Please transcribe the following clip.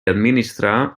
administrar